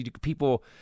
people